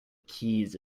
keys